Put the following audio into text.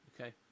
Okay